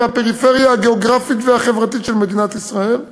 מהפריפריה הגיאוגרפית והחברתית של מדינת ישראל.